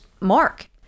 Mark